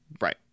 right